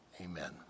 amen